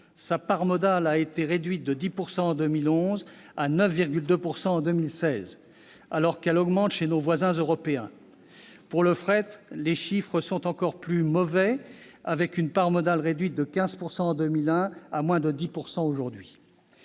sa part modale a été réduite, passant de 10 % en 2011 à 9,2 % en 2016, alors qu'elle augmente chez nos voisins européens. Pour le fret, les chiffres sont encore pires, avec une part modale passant de 15 % en 2001 à moins de 10 % aujourd'hui.